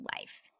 life